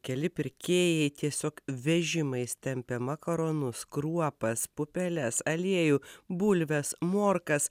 keli pirkėjai tiesiog vežimais tempia makaronus kruopas pupeles aliejų bulves morkas